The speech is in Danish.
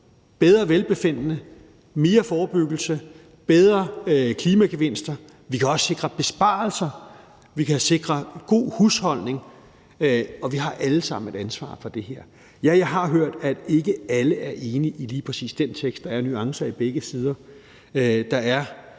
bedre velbefindende, mere forebyggelse, bedre klimagevinster. Vi kan også sikre besparelser, og vi kan sikre god husholdning. Og vi har alle sammen et ansvar for det her. Ja, jeg har hørt, at ikke alle er enige i lige præcis den vedtagelsestekst – der er nuancer på begge sider.